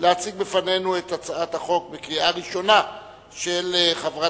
להציג בפנינו לקריאה ראשונה את הצעת החוק של חברי